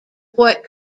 fort